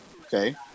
Okay